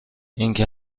اینکه